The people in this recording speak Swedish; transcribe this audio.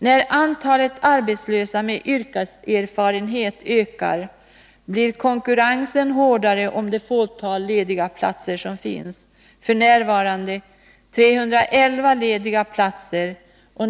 När antalet arbetslösa med yrkeserfarenhet ökar blir konkurrensen hårdare om det fåtal lediga platser som finns, f. n. 311.